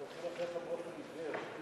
אנחנו הולכים אחריך באופן עיוור.